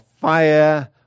fire